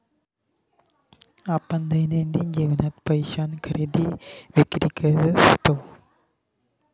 आपण दैनंदिन जीवनात पैशान खरेदी विक्री करत असतव